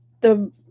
the-